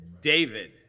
David